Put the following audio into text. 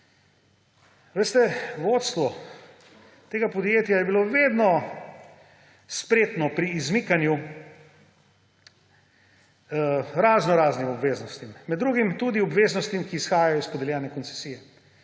Veste, vodstvo tega podjetja je bilo vedno spretno pri izmikanju raznoraznim obveznostim, med drugim tudi obveznostim, ki izhajajo iz podeljene koncesije.